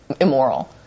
immoral